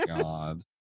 God